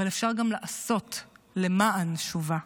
אבל אפשר גם לעשות למען שובה.